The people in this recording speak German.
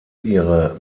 ihre